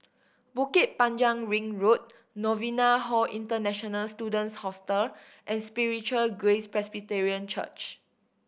Bukit Panjang Ring Road Novena Hall International Students Hostel and Spiritual Grace Presbyterian Church